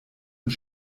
und